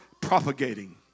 propagating